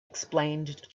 explained